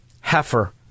heifer